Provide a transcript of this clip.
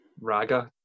Raga